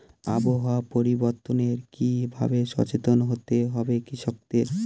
আবহাওয়া পরিবর্তনের কি ভাবে সচেতন হতে হবে কৃষকদের?